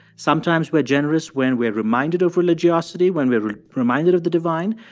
sometimes we're generous when we're reminded of religiosity, when we're reminded of the divine.